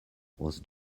was